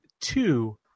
two